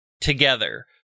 together